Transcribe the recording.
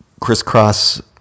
crisscross